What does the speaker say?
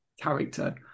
character